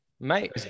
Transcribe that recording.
Mate